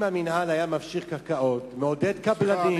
אם המינהל היה מפשיר קרקעות ומעודד קבלנים,